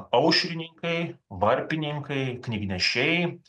aušrininkai varpininkai knygnešiai